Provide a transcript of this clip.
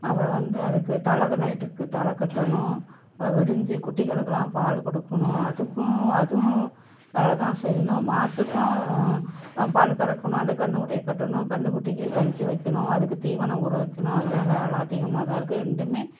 அப்புறம் வந்து அதுக்கு தல நைட்டுக்கு தலை கட்டணும் விடிஞ்சு குட்டிங்களுக்கெலாம் பால் கொடுக்கணும் அதுக்கும் அதுவும் வேலை தான் செய்யணும் மாட்டுக்கும் பால் கறக்கணும் அந்த கன்றுக்குட்டிய கட்டணும் கன்றுக்குட்டிக்கி கஞ்சி வைக்கணும் அதுக்கு தீவனம் ஊற வைக்கணும் அதெலாம் வேலை அதிகமாக தான் இருக்குது ரெண்டுமே